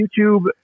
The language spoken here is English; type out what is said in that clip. YouTube